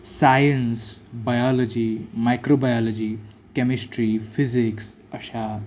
science biology microbiology chemistry physics अशा